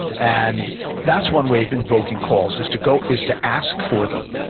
and that's one way of invoking calls is to go is to ask for them.